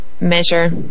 measure